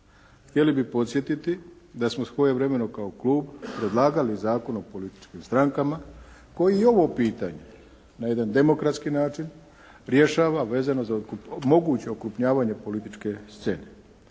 Htjeli bi podsjetiti da smo svojevremeno kao klub predlagali Zakon o političkim strankama koji i ovo pitanje na jedan demokratski način rješava vezano za moguće okrupnjavanje političke scene.